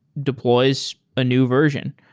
deploys a new version.